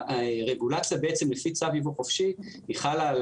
הרגולציה לפי צו יבוא חופשי חלה על